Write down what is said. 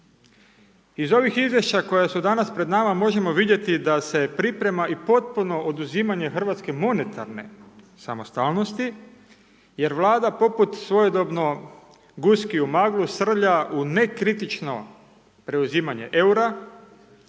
Iz ovih Izvješća koja su danas pred nama možemo vidjeti da se priprema i potpuno oduzimanje hrvatske monetarne samostalnosti, jer Vlada poput svojedobno guski u maglu, srlja u nekritično preuzimanje EUR-a,